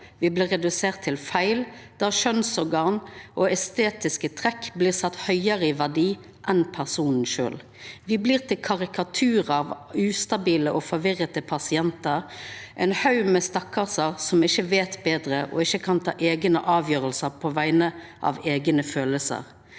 vi blir redusert til feil. Der kjønnsorganene og estetiske trekk blir satt høyere i verdi enn personen selv. Vi blir til karikaturer av ustabile og forvirrete pasienter. En haug med «stakkarser» som ikke vet bedre. Og ikke kan ta egne avgjørelser på egne følelser.